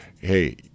hey